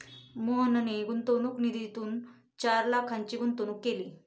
मोहनने गुंतवणूक निधीतून चार लाखांची गुंतवणूक केली